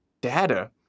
data